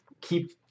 keep